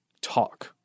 talk